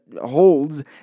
holds